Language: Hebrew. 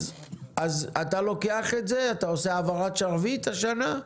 אז אתה לוקח את זה, אתה עושה העברת שרביט השנה?